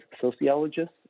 sociologists